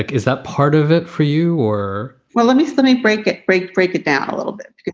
is that part of it for you or well, let me let me break it. break. break it down a little bit.